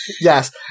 Yes